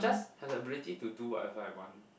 have the ability to do whatever I want